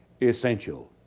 essential